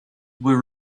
were